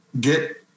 get